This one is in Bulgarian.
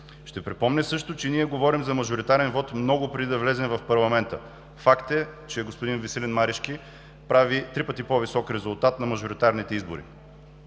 Ще припомня също, че ние говорим за мажоритарен вот много преди да влезем в парламента. Факт е, че господин Веселин Марешки прави три пъти по-висок резултат на мажоритарните избори.